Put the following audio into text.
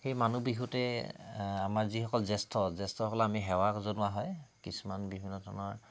সেই মানুহ বিহুতে আমাৰ যিসকল জ্যেষ্ঠ জ্যেষ্ঠসকলক আমি সেৱা জনোৱা হয় কিছুমান বিভিন্ন ধৰণৰ